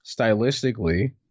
stylistically